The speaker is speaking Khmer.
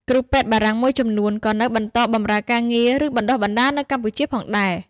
គ្រូពេទ្យបារាំងមួយចំនួនក៏នៅបន្តបម្រើការងារ ឬបណ្តុះបណ្តាលនៅកម្ពុជាផងដែរ។